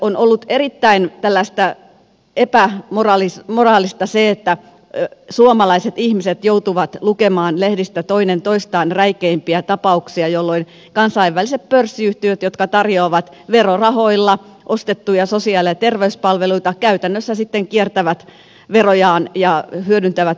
on ollut erittäin epämoraalista se että suomalaiset ihmiset joutuvat lukemaan lehdistä toinen toistaan räikeämmistä tapauksista joissa kansainväliset pörssiyhtiöt jotka tarjoavat verorahoilla ostettuja sosiaali ja terveyspalveluita käytännössä sitten kiertävät verojaan ja hyödyntävät veroparatiiseja